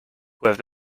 have